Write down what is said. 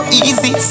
easy